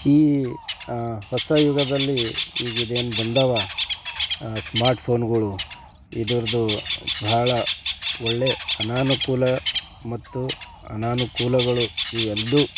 ಈ ಹೊಸ ಯುಗದಲ್ಲಿ ಈಗ ಇದೇನು ಬಂದಿವೆ ಸ್ಮಾರ್ಟ್ ಫೋನ್ಗಳು ಇದರ್ದು ಭಾಳ ಒಳ್ಳೆ ಅನಾನುಕೂಲ ಮತ್ತು ಅನಾನುಕೂಲಗಳು ಇವೆರ್ಡೂ